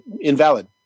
invalid